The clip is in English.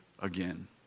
again